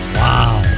wow